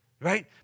right